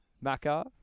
Maka